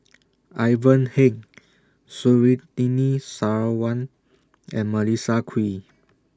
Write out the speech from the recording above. Ivan Heng Surtini Sarwan and Melissa Kwee